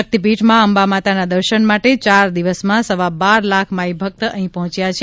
શહ્તિપીઠ મા અંબા માતાના દર્શન માટે યાર દિવસમાં સવા બાર લાખ માઇ ભક્ત અહીં પહોંચ્યા છે